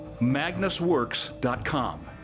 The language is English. MagnusWorks.com